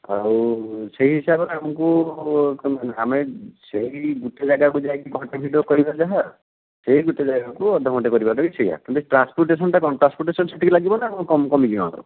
ଆଉ ସେଇ ହିସାବରେ ଆମକୁ ଆମେ ସେଇ ଗୁଟେ ଜାଗାକୁ ଯାଇକି ଘଣ୍ଟେ ଭିଡ଼ିଓ କରିବା ଯାହା ସେଇ ଗୁଟେ ଜାଗାକୁ ଅଧଘଣ୍ଟେ କରିବାଟା ବି ସେୟା କିନ୍ତୁ ଟ୍ରାନ୍ସପୋର୍ଟେସନ୍ କ'ଣ ଟ୍ରାନ୍ସପୋର୍ଟେସନ୍ଟା ସେତିକି ଲାଗିବ ନା ଆଉ କମି ଯିବ ଆମର